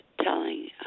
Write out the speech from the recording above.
telling